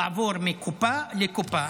שמבקשים לעבור מקופה לקופה.